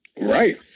Right